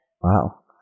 Wow